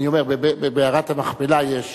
אני אומר, במערת המכפלה יש